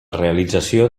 realització